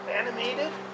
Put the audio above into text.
animated